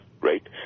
right